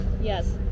Yes